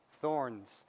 Thorns